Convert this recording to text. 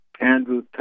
Andrew